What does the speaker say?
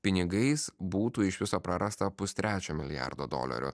pinigais būtų iš viso prarasta pustrečio milijardo dolerių